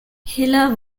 hiller